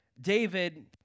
David